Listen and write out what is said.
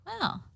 wow